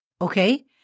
okay